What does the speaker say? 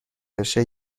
بشه